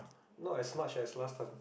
not as much as last time